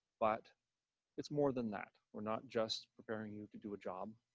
but it's more than that we're not just preparing you to do a job.